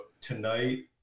tonight